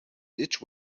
ditch